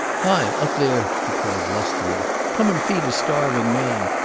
hi, up there! he called lustily. come and feed a starving man.